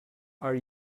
are